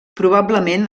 probablement